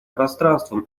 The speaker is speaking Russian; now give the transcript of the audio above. пространством